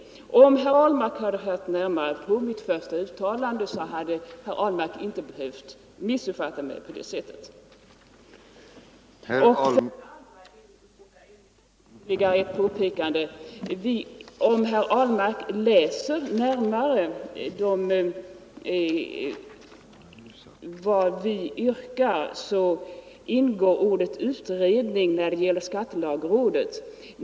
Om herr Ahlmark lyssnat uppmärksamt på mitt första anförande hade han inte behövt missuppfatta mig som han gjort. Vidare vill jag göra ytterligare ett påpekande. Om herr Ahlmark läser vad vi yrkar i vår reservation, skall han upptäcka att ordet utredning finns med när det gäller förslaget om inrättande av ett skattelagråd.